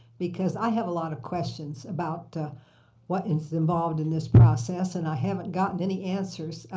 because i have a lot of questions about what is involved in this process. and i haven't gotten any answers.